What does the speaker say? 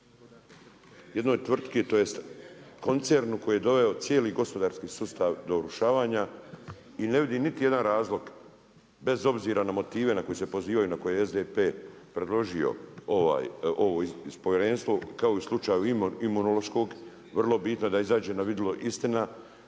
jednoj tvrtki, tj. koncernu koji je doveo cijeli gospodarski sustav do urušavanja i ne vidim niti jedan razlog bez obzira na motive na koje se pozivaju na koje je SDP predložio ovo povjerenstvo kao i slučaj imunološkog, vrlo bitno da izađe na vidjelo istina